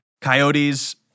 coyotes